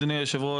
אדוני יושב הראש.